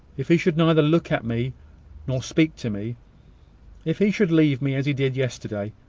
if he should neither look at me nor speak to me if he should leave me as he did yesterday!